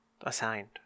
assigned